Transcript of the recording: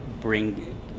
bring